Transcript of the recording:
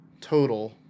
total